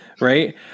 Right